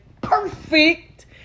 perfect